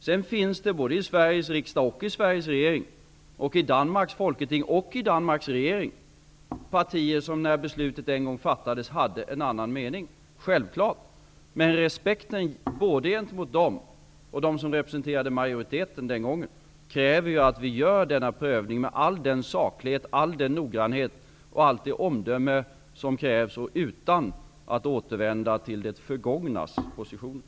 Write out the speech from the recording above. Det finns både i Sveriges riksdag och i Sveriges regering och i Danmarks folketing och i Danmarks regering partier som när beslutet en gång fattades hade en annan mening. Men respekten både gentemot dem och gentemot dem som representerade majoriteten den gången kräver att vi gör denna prövning med all saklighet, all den noggrannhet och allt det omdöme som behövs och utan att återvända till det förgångnas positioner.